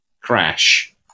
crash